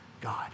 God